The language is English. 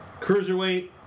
Cruiserweight